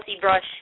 brush